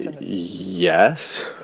yes